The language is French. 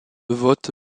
vote